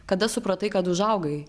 kada supratai kad užaugai